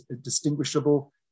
distinguishable